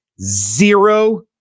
zero